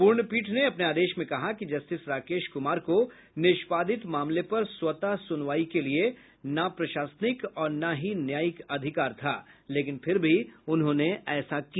पूर्ण पीठ ने अपने आदेश में कहा कि जस्टिस राकेश कुमार को निष्पादित मामले पर स्वतः सुनवाई के लिए न प्रशासनिक और न ही न्यायिक अधिकार था लेकिन फिर भी उन्होंने ऐसा किया